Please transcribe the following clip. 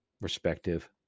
respective